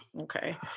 okay